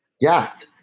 Yes